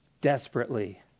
Desperately